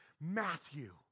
Matthew